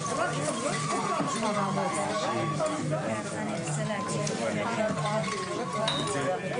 בשעה 12:50.